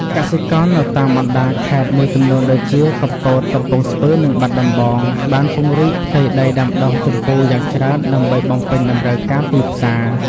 កសិករនៅតាមបណ្ដាខេត្តមួយចំនួនដូចជា កំពត កំពង់ស្ពឺ និងបាត់ដំបង បានពង្រីកផ្ទៃដីដាំដុះជម្ពូយ៉ាងច្រើនដើម្បីបំពេញតម្រូវការទីផ្សារ។